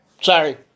Sorry